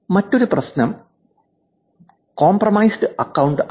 മറ്റൊരു പ്രശ്നം കോമ്പ്രോമൈസെഡ് അക്കൌണ്ടാണ്